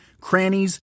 crannies